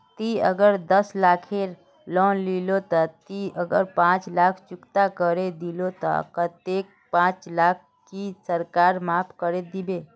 ती अगर दस लाख खेर लोन लिलो ते ती अगर पाँच लाख चुकता करे दिलो ते कतेक पाँच लाख की सरकार माप करे दिबे?